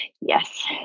Yes